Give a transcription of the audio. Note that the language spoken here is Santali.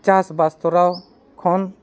ᱪᱟᱥᱵᱟᱥ ᱛᱚᱨᱟᱣ ᱠᱷᱚᱱ